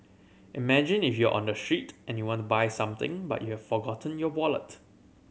imagine if you're on the street and you want to buy something but you've forgotten your wallet